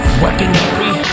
weaponry